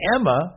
Emma